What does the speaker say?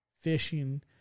fishing